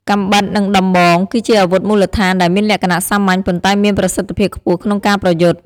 កាំបិត និងដំបង គឺជាអាវុធមូលដ្ឋានដែលមានលក្ខណៈសាមញ្ញ ប៉ុន្តែមានប្រសិទ្ធភាពខ្ពស់ក្នុងការប្រយុទ្ធ។